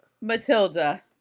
Matilda